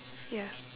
ya